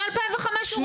מ-2005 הוא רוצה.